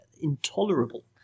intolerable